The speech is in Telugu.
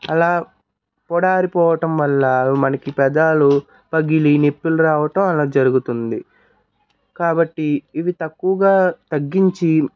అలా పొడారిపోవటం వల్ల అవి మనకి పెదాలు పగిలి నెప్పులు రావటం అలా జరుగుతుంది కాబట్టి ఇవి తక్కువుగా తగ్గించి